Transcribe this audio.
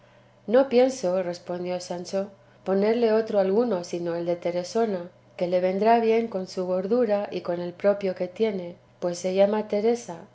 que quisieres no pienso respondió sancho ponerle otro alguno sino el de teresona que le vendrá bien con su gordura y con el propio que tiene pues se llama teresa